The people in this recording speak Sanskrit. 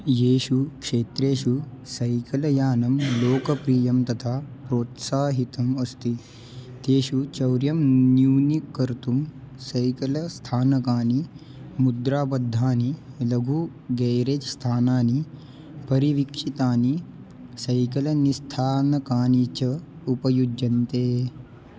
येषु क्षेत्रेषु सैकल यानं लोकप्रियं तथा प्रोत्साहितम् अस्ति तेषु चौर्यं न्यूनीकर्तुं सैकल स्थानकानि मुद्राबद्धानि लघु गैरेज् स्थानानि परिवीक्षितानि सैकल निस्थानकानि च उपयुज्यन्ते